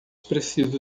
preciso